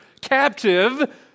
captive